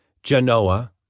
Genoa